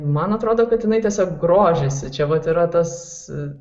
man atrodo kad jinai tiesiog grožisi čia vat yra tas